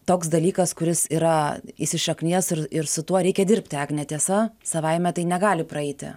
toks dalykas kuris yra įsišaknijęs ir ir su tuo reikia dirbti agne tiesa savaime tai negali praeiti